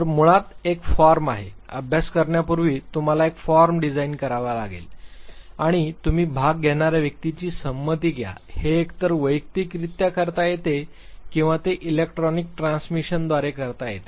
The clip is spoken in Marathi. तर मुळात एक फॉर्म आहे अभ्यास करण्यापूर्वी तुम्हाला एक फॉर्म डिझाईन करावा लागेल आणि तुम्ही भाग घेणार्या व्यक्तींची संमती घ्या हे एकतर वैयक्तिकरित्या करता येते किंवा ते इलेक्ट्रॉनिक ट्रान्समिशनद्वारे करता येते